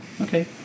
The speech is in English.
Okay